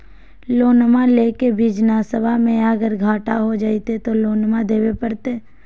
लोनमा लेके बिजनसबा मे अगर घाटा हो जयते तो लोनमा देवे परते?